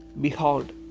Behold